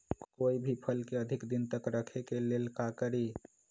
कोई भी फल के अधिक दिन तक रखे के ले ल का करी?